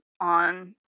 on